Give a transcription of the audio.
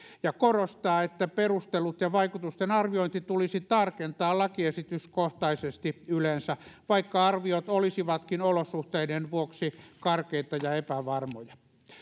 ja korostaa että perustelut ja vaikutustenarviointi tulisi tarkentaa lakiesityskohtaisesti yleensä vaikka arviot olisivatkin olosuhteiden vuoksi karkeita ja epävarmoja